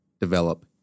develop